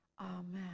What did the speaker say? amen